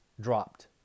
dropped